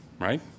right